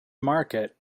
market